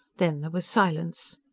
then there was silence.